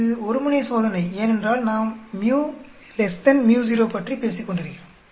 இது ஒரு முனை சோதனை ஏனென்றால் நாம் µ µ0 பற்றி பேசிக்கொண்டிருக்கிறோம்